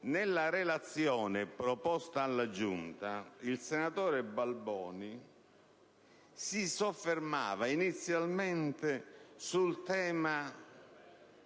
Nella relazione proposta alla Giunta il senatore Balboni si soffermava inizialmente sul tema